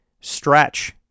stretch